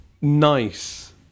Nice